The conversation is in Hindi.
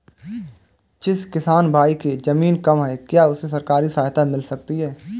जिस किसान भाई के ज़मीन कम है क्या उसे सरकारी सहायता मिल सकती है?